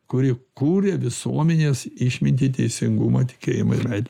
kuri kūrė visuomenės išmintį teisingumą tikėjimą ir meilę